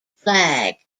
flag